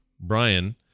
Brian